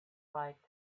liked